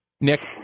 Nick